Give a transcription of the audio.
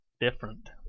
different